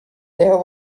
there